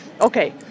Okay